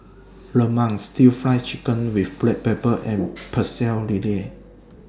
Lemang Stir Fried Chicken with Black Pepper and Pecel Lele